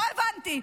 לא הבנתי,